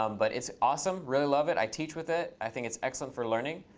um but it's awesome, really love it. i teach with it. i think it's excellent for learning.